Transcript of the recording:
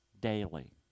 daily